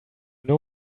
know